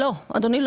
לא, אדוני.